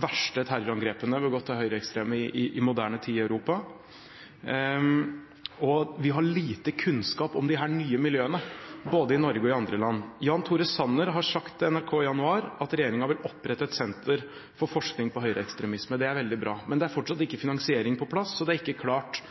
verste terrorangrepene begått av høyreekstreme i moderne tid i Europa, og vi har lite kunnskap om disse nye miljøene, både i Norge og i andre land. Jan Tore Sanner har sagt til NRK i januar at regjeringen vil opprette et senter for forskning på høyreekstremisme. Det er veldig bra, men det er fortsatt ikke finansiering på plass, og det er ikke klart